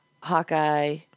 Hawkeye